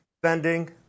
spending